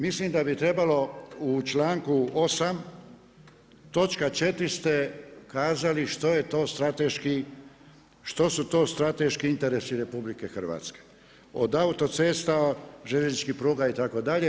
Mislim da bi trebalo u članku 8. točka 4. ste kazali što je to strateški, što su to strateški interesi RH od autocesta, željezničkih pruga itd.